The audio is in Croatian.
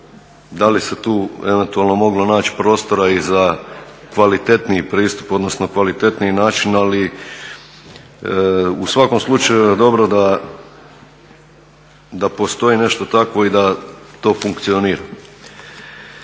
da li se tu eventualno moglo naći prostora i za kvalitetniji pristup, odnosno kvalitetniji način ali u svakom slučaju je dobro da postoji nešto takvo i da to funkcionira.